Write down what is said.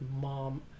mom